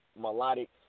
melodic